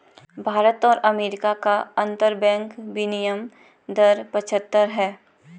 भारत और अमेरिका का अंतरबैंक विनियम दर पचहत्तर है